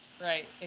right